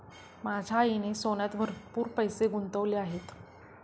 माझ्या आईने सोन्यात भरपूर पैसे गुंतवले आहेत